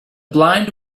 blind